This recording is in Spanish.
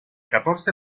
catorce